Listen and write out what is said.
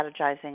strategizing